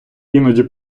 іноді